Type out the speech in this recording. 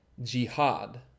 Jihad